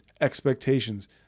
expectations